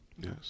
Yes